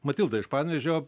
matilda iš panevėžio